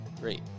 great